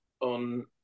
on